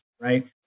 right